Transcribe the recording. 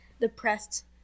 depressed